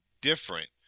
different